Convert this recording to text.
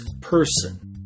person